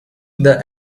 the